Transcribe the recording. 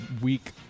week